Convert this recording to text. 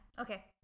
okay